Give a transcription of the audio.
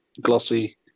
Glossy